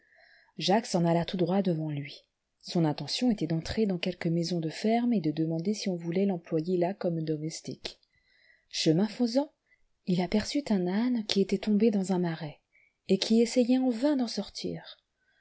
jacques s'en alla tout droit devant lui son intention était d'entrer dans quelque maison de ferme et de demander si on voulait l'employer là comme domestique chemin faisant il aperçut un âne qui était tombé dans un marais et qui essayait en vain d'en sortir